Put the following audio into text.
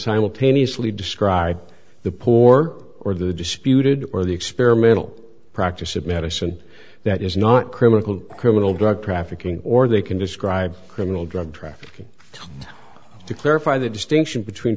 simultaneously describe the poor or the disputed or the experimental practice of medicine that is not criminal criminal drug trafficking or they can describe criminal drug trafficking to clarify the distinction between